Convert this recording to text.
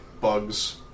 bugs